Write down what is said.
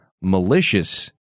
malicious